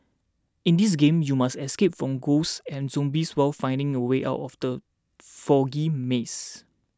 in this game you must escape from ghosts and zombies while finding the way out of the foggy maze